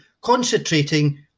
concentrating